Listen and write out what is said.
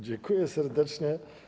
Dziękuję serdecznie.